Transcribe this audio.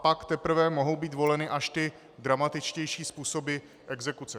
Pak teprve mohou být voleny až ty dramatičtější způsoby exekuce.